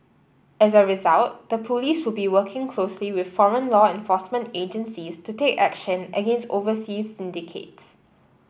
as a result the police will be working closely with foreign law enforcement agencies to take action against overseas syndicates